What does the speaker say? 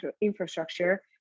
infrastructure